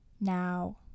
Now